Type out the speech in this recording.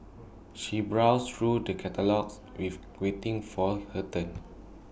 she browsed through the catalogues wave waiting for her turn